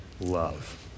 love